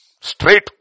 straight